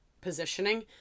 positioning